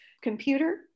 computer